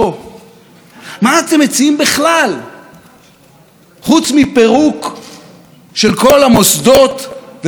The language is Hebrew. חוץ מפירוק של כל המוסדות וכל הרעיונות שמחזיקים אותנו ביחד?